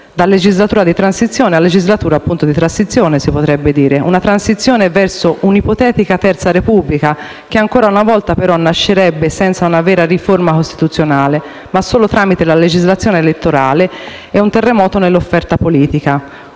da legislatura di transizione a legislatura di transizione, si potrebbe dire; una transizione verso un'ipotetica Terza Repubblica che ancora una volta però nascerebbe senza una vera riforma costituzionale, ma solo tramite la legislazione elettorale e un terremoto nell'offerta politica;